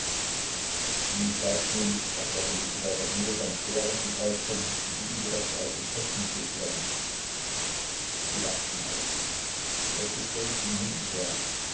sie glaubt nämlich erklärte mikita daß in rußland bären ins haus kommen um die überreste aus den töpfen zu schlecken sie lachten alle das gespräch ging hin und her